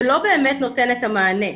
זה לא באמת נותן את המענה,